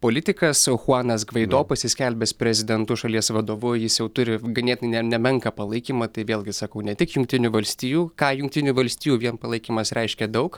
politikas chuanas gvaido pasiskelbęs prezidentu šalies vadovu jis jau turi ganėtinai ne nemenką palaikymą tai vėlgi sakau ne tik jungtinių valstijų ką jungtinių valstijų vien palaikymas reiškia daug